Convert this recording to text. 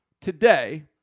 today